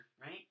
right